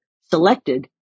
selected